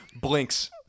Blinks